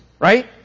Right